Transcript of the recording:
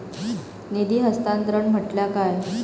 निधी हस्तांतरण म्हटल्या काय?